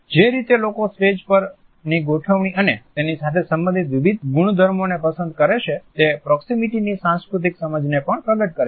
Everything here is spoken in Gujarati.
જે રીતે લોકો સ્ટેજ પરની ગોઠવણી અને તેની સાથે સંબંધિત વિવિધ ગુણધર્મોને પસંદ કરે છે તે પ્રોક્સિમીટીની સાંસ્કૃતિક સમજને પણ પ્રગટ કરે છે